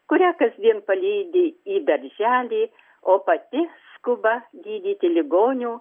kurią kasdien palydi į darželį o pati skuba gydyti ligonių